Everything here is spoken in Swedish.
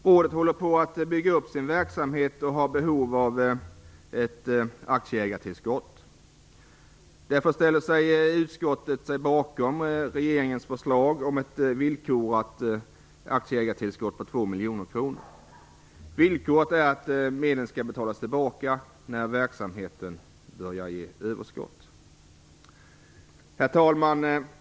Rådet håller på att bygga upp sin verksamhet och har behov av ett aktieägartillskott. Därför ställer sig utskottet bakom regeringens förslag om ett villkorat aktieägartillskott på 2 miljoner kronor. Villkoret är att medlen skall betalas tillbaka när verksamheten börjar ge överskott. Herr talman!